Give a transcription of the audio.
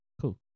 Cool